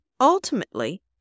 ultimately